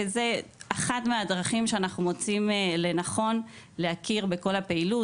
וזה אחת מהדרכים שאנחנו מוצאים לנכון להכיר בכל פעילות,